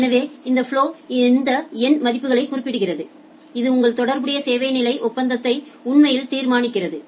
எனவே இந்த ஃபலொ இந்த எண் மதிப்புகளைக் குறிப்பிடுகிறது இது உங்கள் தொடர்புடைய சேவை நிலை ஒப்பந்தத்தை உண்மையில் தீர்மானிக்கிறது